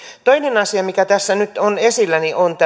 toinen asia mikä tässä nyt on esillä on